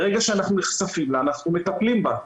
ברגע שאנחנו נחשפים לה, אנחנו מטפלים בה.